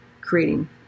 creating